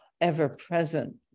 ever-present